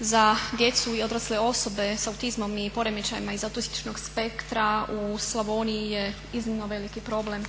za djecu i odrasle osobe s autizmom i poremećajima iz autističnog spektra u Slavoniji je iznimno veliki problem,